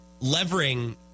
Levering